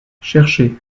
cherchez